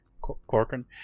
Corcoran